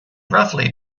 roughly